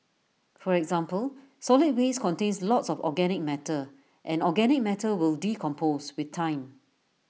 for example solid waste contains lots of organic matter and organic matter will decompose with time